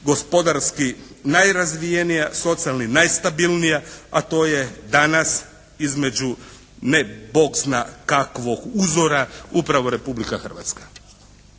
gospodarski najrazvijenija, socijalno najstabilnija a to je danas između ne Bog zna kakvog uzora, upravo Republika Hrvatska.